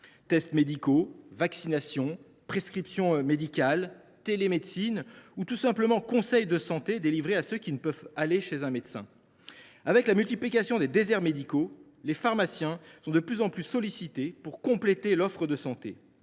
tests médicaux, vaccinations, prescriptions médicales, télémédecine ou tout simplement conseils de santé délivrés à ceux qui ne peuvent aller chez un médecin. Avec la multiplication des déserts médicaux, les pharmaciens sont de plus en plus sollicités pour compléter l’offre de santé.